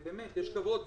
ובאמת יש כבוד,